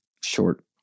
short